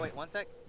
one sec.